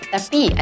Tapi